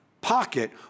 pocket